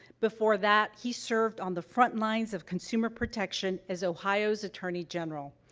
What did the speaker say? before that, he served on the frontlines of consumer protection as ohio's attorney general.